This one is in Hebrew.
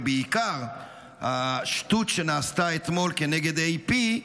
ובעיקר השטות שנעשתה אתמול כנגד AP,